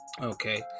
okay